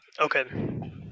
Okay